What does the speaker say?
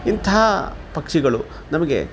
ಇಂಥಾ ಪಕ್ಷಿಗಳು ನಮಗೆ